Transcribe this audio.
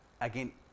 again